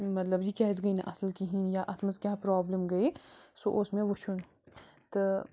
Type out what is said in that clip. مطلب یہِ کیٛازِ گٔے نہٕ اَصٕل کِہیٖنۍ یا اَتھ منٛز کیٛاہ پرٛابلِم گٔے سُہ اوس مےٚ وُچھُن تہٕ